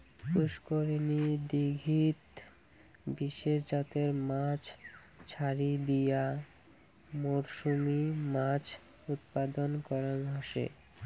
পুষ্করিনী, দীঘিত বিশেষ জাতের মাছ ছাড়ি দিয়া মরসুমী মাছ উৎপাদন করাং হসে